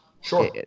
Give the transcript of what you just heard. Sure